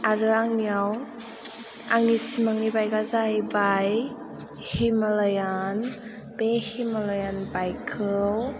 आरो आंनियाव आंनि सिमांनि बाइकआ जाहैबाय हिमालयान बे हिमालयान बाइकखौ